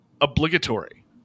obligatory